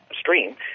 stream